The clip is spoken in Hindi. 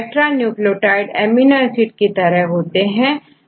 टेट्रा न्यूक्लियोटाइड एमिनो एसिड की तरह होंगे